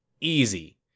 easy